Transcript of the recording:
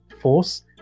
force